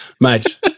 Mate